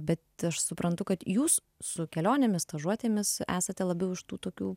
bet aš suprantu kad jūs su kelionėmis stažuotėmis esate labiau iš tų tokių